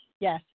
Yes